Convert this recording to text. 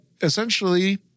essentially